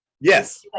Yes